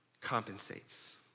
compensates